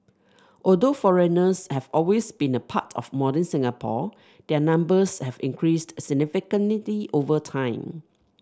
although foreigners have always been a part of modern Singapore their numbers have increased significantly over time